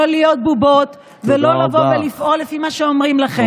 לא להיות בובות ולא לבוא ולפעול לפי מה שאומרים לכם.